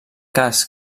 cas